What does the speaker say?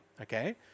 Okay